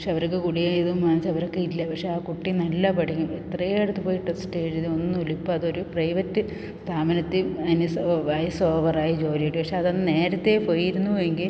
പക്ഷെ അവർക്ക് ഗുളികയും ഇതും വാങ്ങിച്ചു അവരൊക്കെ ഇല്ല പക്ഷെ ആ കുട്ടി നല്ല പഠിക്കും എത്രയോ എടുത്ത് പോയി ടെസ്റ്റ് എഴുതി ഒന്നുമില്ല ഇപ്പം അതൊരു പ്രൈവറ്റ് സ്ഥാപനത്തിൽ അതിന് വയസ് ഓവറായി ജോലി കിട്ടി പക്ഷെ അത് അന്ന് നേരത്തെ പോയിരുന്നുവെങ്കിൽ